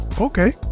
Okay